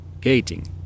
gating